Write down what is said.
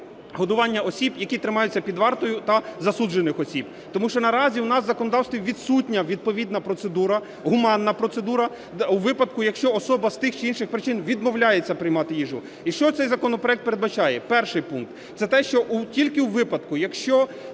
годування осіб, які тримаються під вартою та засуджених осіб. Тому що наразі у нас в законодавстві відсутня відповідна процедура, гуманна процедура, у випадку, якщо особа з тих чи інших причин відмовляється приймати їжу. І що цей законопроект передбачає? Перший пункт – це те, що тільки у випадку, якщо